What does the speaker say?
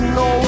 no